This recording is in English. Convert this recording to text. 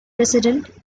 president